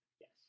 Yes